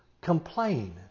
complain